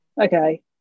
okay